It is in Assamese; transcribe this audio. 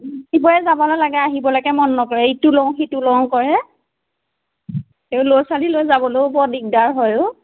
আহিবলেকে মন নকৰে ইটো লও সিটো লও কৰে এই ল'ৰা ছোৱালী লৈ যাবলৈও বৰ দিগদাৰ হয়